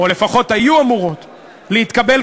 או לפחות היו אמורות להתקבל,